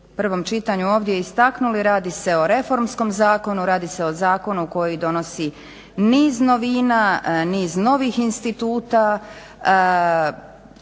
prvom čitanju ovdje istaknuli radi se o reformskom zakonu, radi se o zakonu koji donosi niz novina, niz novih instituta,